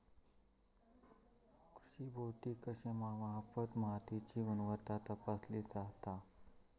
कृषी भौतिकशास्त्रामार्फत मातीची गुणवत्ता तपासली जाता